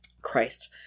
Christ